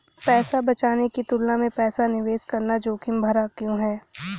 पैसा बचाने की तुलना में पैसा निवेश करना जोखिम भरा क्यों है?